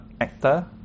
actor